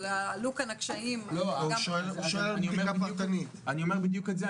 אבל עלו כאן הקשיים --- אני אומר בדיוק את זה.